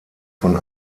von